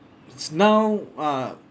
it's now ah